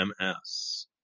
MS